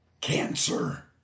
Cancer